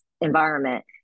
environment